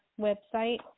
website